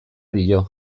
dio